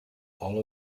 all